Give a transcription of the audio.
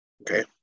okay